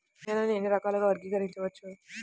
నేలని ఎన్ని రకాలుగా వర్గీకరించవచ్చు?